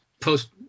post